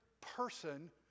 person